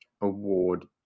award